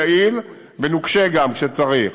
יעיל וגם נוקשה כשצריך,